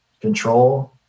control